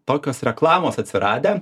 tokios reklamos atsiradę